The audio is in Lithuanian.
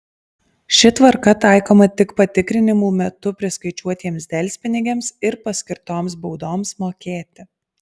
ši tvarka taikoma tik patikrinimų metu priskaičiuotiems delspinigiams ir paskirtoms baudoms mokėti